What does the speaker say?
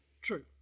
True